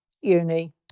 uni